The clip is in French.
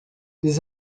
les